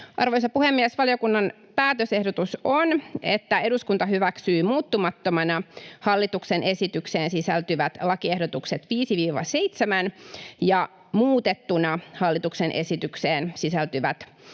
Arvoisa puhemies! Valiokunnan päätösehdotus on, että eduskunta hyväksyy muuttamattomana hallituksen esitykseen sisältyvät lakiehdotukset 5.—7. ja muutettuna hallituksen esitykseen sisältyvät lakiehdotukset